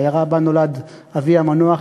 העיירה שבה נולד אבי המנוח,